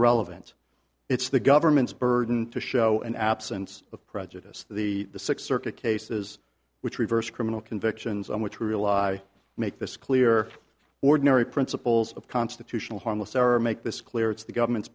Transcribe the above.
relevant it's the government's burden to show an absence of prejudice the six circuit cases which reversed criminal convictions on which we rely make this clear ordinary principles of constitutional harmless error make this clear it's the government's